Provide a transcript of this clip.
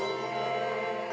and